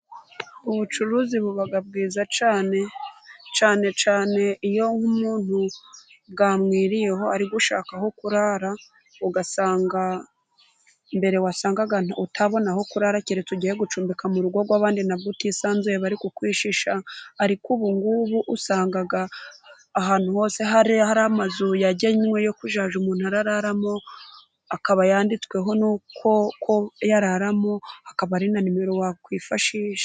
Ubucuruzi buba bwiza cyane, cyane cyane iyo umuntu bwamwiriyeho ari gushaka aho kurara, ugasanga mbere wasangaga utabona aho kurara keretse ugiye gucumbika mu rugo rw'abandi, to na bwo uba utisanzuye bari kukwishisha, ariko ubu ngubu usanga ahantu hose hari hari amazu yagenywe yo kuzajya umuntu araramo, akaba yanditsweho nuko yararamo hakaba hari na numero wakwifashisha.